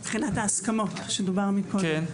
מבחינת ההסכמות שדוברו קודם,